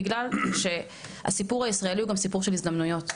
בגלל שהסיפור הישראלי הוא גם סיפור של הזדמנויות,